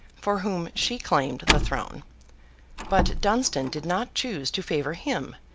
for whom she claimed the throne but dunstan did not choose to favour him,